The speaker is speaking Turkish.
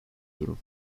durum